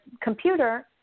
computer